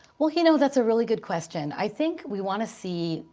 well, you know that's a really good question. i think we want to see,